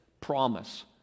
promise